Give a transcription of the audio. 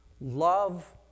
love